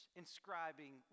inscribing